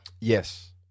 Yes